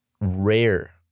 rare